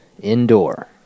Indoor